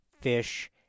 Fish